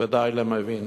ודי למבין.